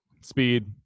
speed